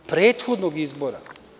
Prethodnog izbora.